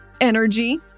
energy